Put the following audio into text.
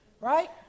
Right